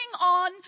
on